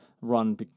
run